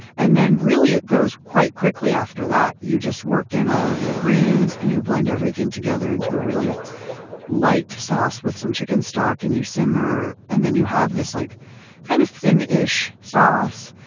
and then really it goes quite quickly after that. you just work in all of your greens greens and you blend everything together into a really light sauce with some chicken stock and you simmer, and then you have this like kind of thin-ish sauce.